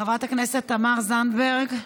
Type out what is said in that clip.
חברת הכנסת תמר זנדברג,